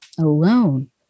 alone